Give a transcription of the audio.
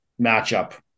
matchup